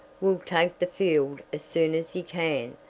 will take the field as soon as he can.